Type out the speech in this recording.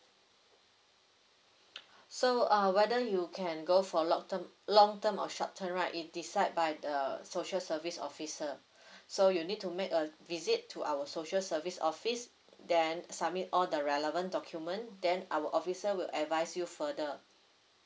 so uh whether you can go for long term long term or short term right it decide by the social service officer so you need to make a visit to our social service office then submit all the relevant document then our officer will advise you further